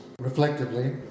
reflectively